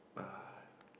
uh